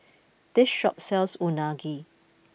this shop sells Unagi